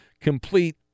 complete